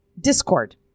Discord